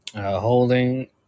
holding